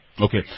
Okay